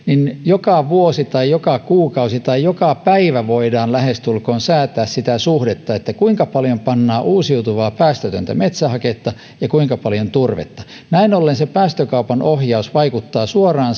niin joka vuosi tai joka kuukausi tai lähestulkoon joka päivä voidaan säätää sitä suhdetta kuinka paljon pannaan uusiutuvaa päästötöntä metsähaketta ja kuinka paljon turvetta näin ollen päästökaupan ohjaus vaikuttaa suoraan